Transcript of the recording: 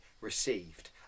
received